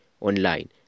online